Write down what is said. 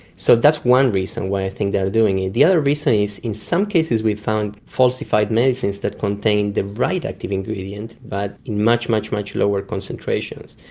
so that's one reason why i think they are doing it. the other reason is in some cases we found falsified medicines that contained the right active ingredient but in much, much lower concentrations.